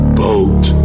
boat